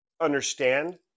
understand